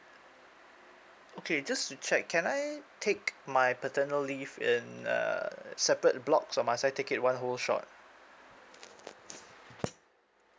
okay just to check can I take my paternal leave in err separate blocks or must I take it one whole shot